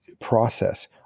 process